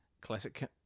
classic